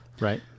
Right